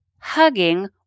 hugging